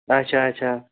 اَچھا اَچھا